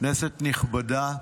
כנסת נכבדה,